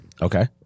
Okay